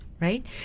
right